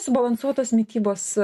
subalansuotos mitybos